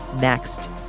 next